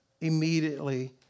immediately